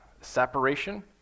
separation